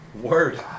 word